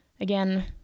Again